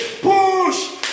Push